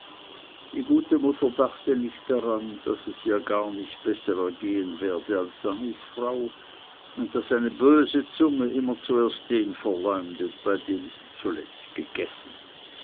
die gute mutter dachte nicht daran daß es ihr gar nicht besser ergehen werde als samis frau und daß eine böse zunge immer zuerst den verleumdet bei dem sie zuletzt gegessen